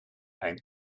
ein